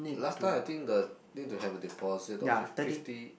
last time I think the need to have a deposit of fif~ fifty